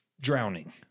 Drowning